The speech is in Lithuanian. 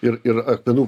ir ir akmenų